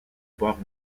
bord